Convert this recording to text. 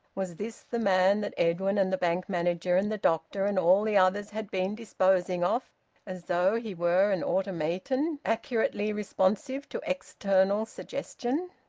was this the man that edwin and the bank manager and the doctor and all the others had been disposing of as though he were an automaton accurately responsive to external suggestion?